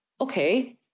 okay